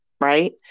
right